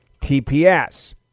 TPS